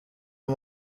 uyu